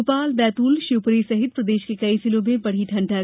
भोपाल बैतूल शिवपुरी सहित प्रदेश के कई जिलों में बढ़ी ठण्डक